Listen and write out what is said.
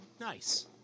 Nice